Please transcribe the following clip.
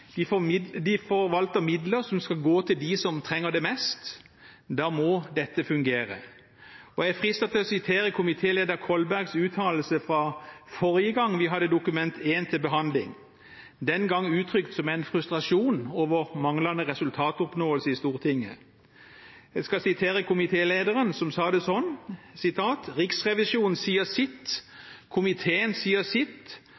De forvalter midler som skal gå til dem som trenger det mest. Da må dette fungere. Jeg er fristet til å sitere komitéleder Kolbergs uttalelse fra forrige gang vi hadde Dokument 1 til behandling, den gang uttrykt som en frustrasjon over manglende resultatoppnåelse i Stortinget. Jeg skal sitere komitélederen, som sa det sånn: «Riksrevisjonen sier sitt, komiteen sier sitt, Stortinget sier sitt,